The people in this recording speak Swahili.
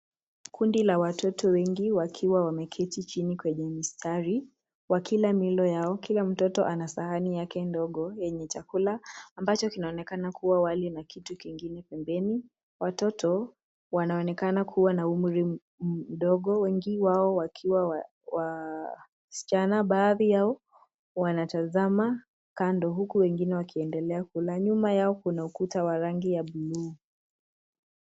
Kundi la watoto wengi wakiwa wameketi chini kwenye mistari wakila milo yao, kila mtoto ana sahani yake ndogo, yenye chakula ambacho kinaonekana kuwa wali na kitu kingine pembeni. Watoto wanaonekana kuwa na umri mdogo, wengi wao wakiwa wasichana. Baadhi yao wanatazama kando huku wengine wakiendelea kula. Nyuma yao kuna ukuta wa rangi ya buluu.